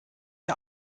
der